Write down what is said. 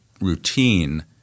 routine